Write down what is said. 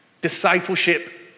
Discipleship